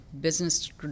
business